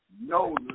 no